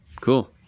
Cool